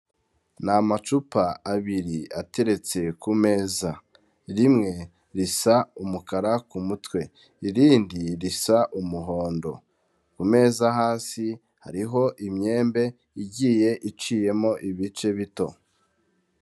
Ni amacupa abiri ateretse ku meza, rimwe risa umukara ku mutwe, irindi risa umuhondo, kumeza hasi hariho imyembe igiye iciyemo ibice bito.